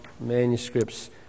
manuscripts